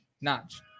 notch